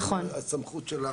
אם הסמכות שלה